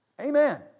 Amen